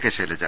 K Shailaja